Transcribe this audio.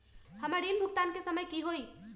हमर ऋण भुगतान के समय कि होई?